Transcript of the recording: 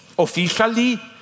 Officially